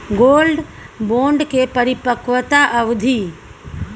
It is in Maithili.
गोल्ड बोंड के परिपक्वता अवधि?